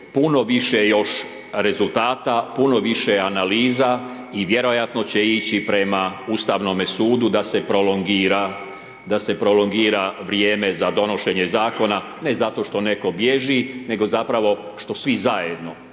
puno više još rezultata, puno više analiza i vjerojatno će ići prema Ustavnome sudu da se prolongira vrijeme za donošenje zakona, ne zato što netko bježi nego zapravo što svi zajedno